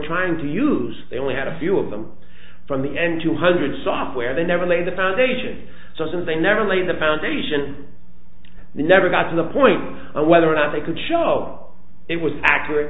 trying to use they only had a few of them from the end two hundred software they never laid the foundation so since they never laid the foundation they never got to the point of whether or not they could show it was accurate